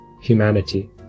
humanity